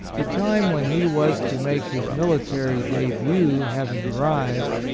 the time when he was to make his military debut having arrived,